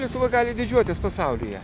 lietuva gali didžiuotis pasaulyje